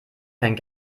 kein